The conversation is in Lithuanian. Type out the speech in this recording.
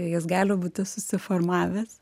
jis gali būti susiformavęs